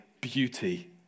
beauty